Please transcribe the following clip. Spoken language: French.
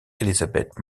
elizabeth